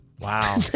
Wow